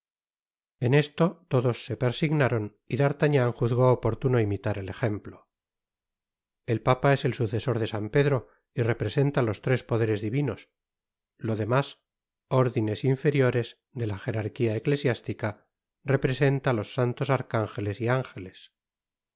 en esto todos se persignaron y d'artagnan juzgó oportuno imitar el ejemplo el papa es el sucesor de san pedro y representa los tres poderes divinos lo demás ordtnes inferiores de la jerarquia eclesiástica representa tos santos arcángeles y ángeles